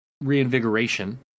reinvigoration